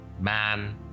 man